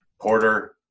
Porter